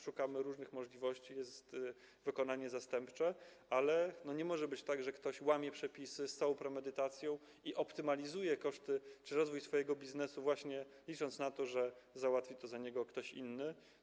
Szukamy różnych możliwości, jest wykonanie zastępcze, ale nie może być tak, że ktoś łamie przepisy z całą premedytacją i optymalizuje koszty, by zapewnić rozwój swojego biznesu, właśnie licząc na to, że załatwi to za niego ktoś inny.